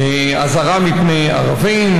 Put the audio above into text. אזהרה מפני ערבים,